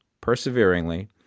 perseveringly